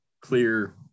clear